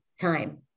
time